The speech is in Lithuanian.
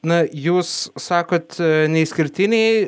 na jūs sakot neišskirtiniai